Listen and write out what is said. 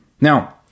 Now